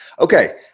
Okay